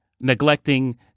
neglecting